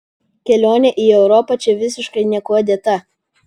kelionė į europą čia visiškai niekuo dėta